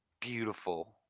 beautiful